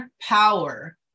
power